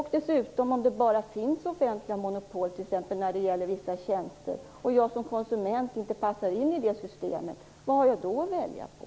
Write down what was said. Om det bara finns offentliga monopol, t.ex. när det gäller vissa tjänster, och jag som konsument inte passar in i systemet, vad har jag då att välja på?